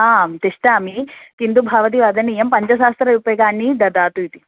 आं तिष्ठामि किन्तु भवती वदनीयं पञ्चसहस्ररूप्यकाणि ददातु इति